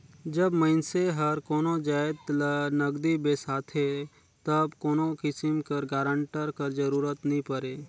जब मइनसे हर कोनो जाएत ल नगदी बेसाथे तब कोनो किसिम कर गारंटर कर जरूरत नी परे